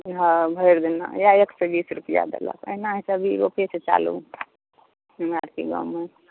हँ भरि दिन इएह एक सए बीस रुपैआ देलक अहिना ई सभ होइते छै चालू अहिना होइत छै गाममे